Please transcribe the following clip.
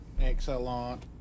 Excellent